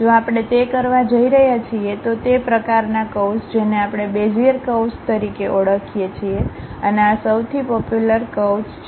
જો આપણે તે કરવા જઇ રહ્યા છીએ તો તે પ્રકારના કર્વ્સ જેને આપણે બેઝિયરકર્વ્સ તરીકે ઓળખીએ છીએ અને આ સૌથી પોપ્યુલર કર્વ્સ છે